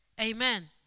Amen